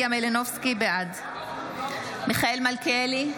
בעד מיכאל מלכיאלי,